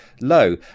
low